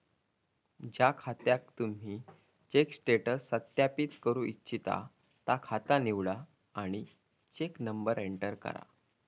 ज्या खात्याक तुम्ही चेक स्टेटस सत्यापित करू इच्छिता ता खाता निवडा आणि चेक नंबर एंटर करा